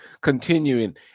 continuing